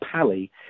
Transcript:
pally